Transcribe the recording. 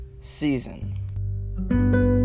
season